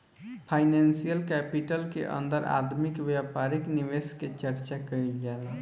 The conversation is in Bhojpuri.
फाइनेंसियल कैपिटल के अंदर आदमी के व्यापारिक निवेश के चर्चा कईल जाला